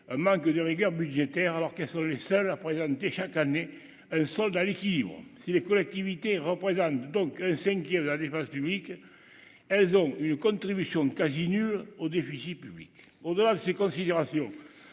un manque de rigueur budgétaire, alors quelles sont les seuls à présenter cette année soldat l'équilibre si les collectivités représente donc un 5ème de la dépense publique, elles ont une contribution de quasi nul au déficit public au-delà de ces considérations